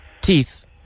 teeth